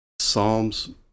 Psalms